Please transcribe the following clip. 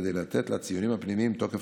כדי לתת לציונים הפנימיים תוקף